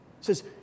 says